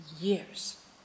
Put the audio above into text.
years